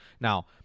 Now